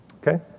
Okay